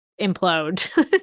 implode